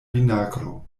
vinagro